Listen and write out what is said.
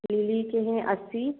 lily के है अस्सी